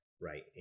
right